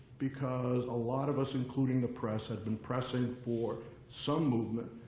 because a lot of us, including the press, had been pressing for some movement,